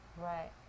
right